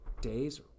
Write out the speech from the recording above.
days